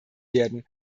werden